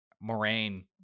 Moraine